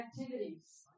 activities